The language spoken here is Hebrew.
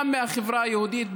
גם מהחברה היהודית,